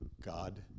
God